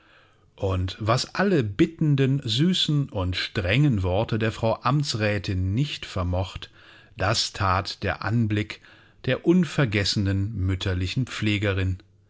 und was alle bittenden süßen und strengen worte der frau amtsrätin nicht vermocht das that der anblick der unvergessenen mütterlichen pflegerin